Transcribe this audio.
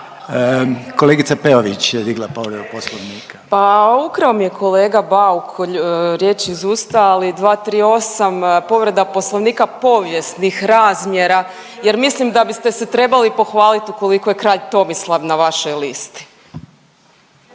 Kolegica Peović je digla povredu poslovnika. **Peović, Katarina (RF)** Pa ukrao mi je kolega Bauk riječ iz usta, ali 238. povreda poslovnika povijesnih razmjera jer mislim da biste se trebali pohvalit ukoliko je kralj Tomislav na vašoj listi.